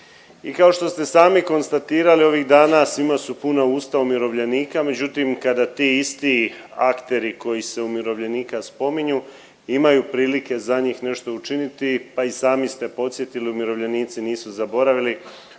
I kao što ste sami konstatirali ovih dana svima su puna usta umirovljenika, međutim kada ti isti akteri koji se umirovljenika spominju imaju priliku za njih nešto učiniti pa i sami ste podsjetili umirovljenici nisu zaboravili